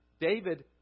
David